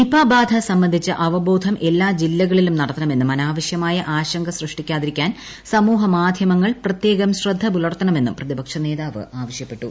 Nipah ബാധ സംബന്ധിച്ചു അവബോധം എല്ലാ ജില്ലകളിലും നടത്തണമെന്നും അനാവശ്യമായ ആശങ്ക സൃഷ്ടിക്കാതിരിക്കാൻ സമൂഹ മാധ്യമങ്ങൾ പ്രത്യേകം ശ്രദ്ധപുലർത്തണമെന്നും പ്രതിപക്ഷ നേതാവ് ആവശ്യപ്പെട്ടു